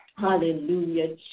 Hallelujah